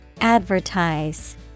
Advertise